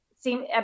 Seem